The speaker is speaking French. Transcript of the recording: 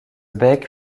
bec